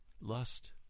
lust